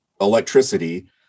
electricity